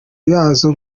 yazo